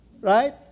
Right